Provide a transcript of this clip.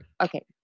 okay